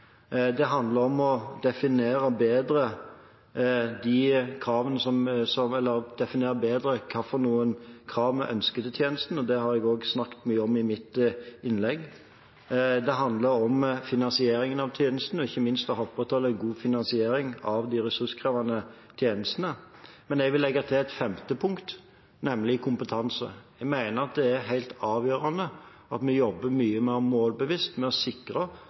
Det handler om å definere bedre kravene vi ønsker for tjenestene. Det snakket jeg også mye om i mitt innlegg. Det handler om finansieringen av tjenestene, og ikke minst å opprettholde en god finansiering av de ressurskrevende tjenestene. Jeg vil legge til et femte punkt, nemlig kompetanse. Jeg mener det er helt avgjørende at vi jobber mye mer målbevisst med å sikre